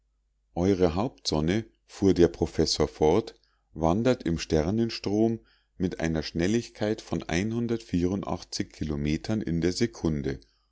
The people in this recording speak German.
eure hauptsonne fuhr der professor fort wandert im sternenstrom mit einer schnelligkeit von kilometern in der sekunde